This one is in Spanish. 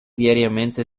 diariamente